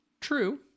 true